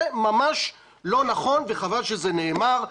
זה ממש לא נכון וחבל שזה נאמר.